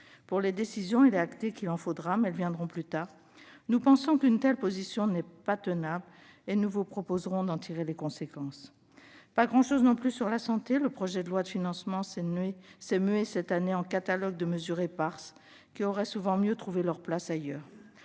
Pour les décisions, il est acté qu'il en faudra, mais elles viendront plus tard. Nous pensons qu'une telle position n'est pas tenable et nous vous proposerons d'en tirer les conséquences. Pas grand-chose non plus sur la santé : le projet de loi de financement s'est mué cette année en catalogue de mesures éparses qui auraient souvent mieux trouvé leur place ailleurs.